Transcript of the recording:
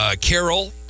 Carol